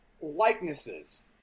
likenesses